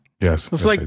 Yes